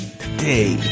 today